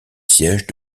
siège